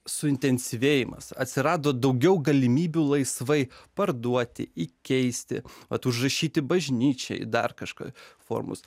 suintensyvėjimas atsirado daugiau galimybių laisvai parduoti įkeisti vat užrašyti bažnyčiai dar kažką formos